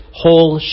whole